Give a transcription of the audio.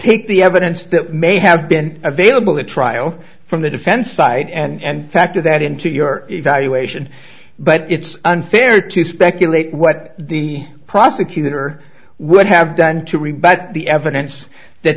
take the evidence that may have been available the trial from the defense side and factor that into your evaluation but it's unfair to speculate what the prosecutor would have done to rebut the evidence that